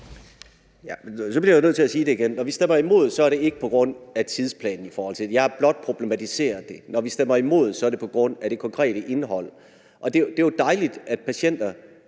(EL): Så bliver jeg jo nødt til at sige det igen. Når vi stemmer imod, er det ikke på grund af tidsplanen i forhold til det. Jeg har blot problematiseret det. Når vi stemmer imod, er det på grund af det konkrete indhold. Det er jo dejligt, at patienter